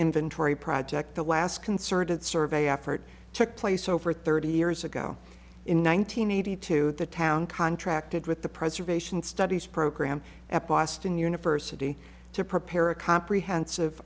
inventory project the last concerted survey effort took place over thirty years ago in one thousand nine hundred two the town contracted with the preservation studies program at boston university to prepare a comprehensive